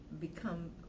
become